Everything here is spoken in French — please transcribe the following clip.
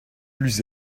plus